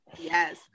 Yes